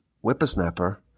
whippersnapper